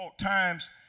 times